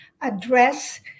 address